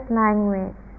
language